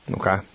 Okay